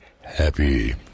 happy